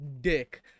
Dick